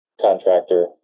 contractor